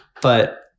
but-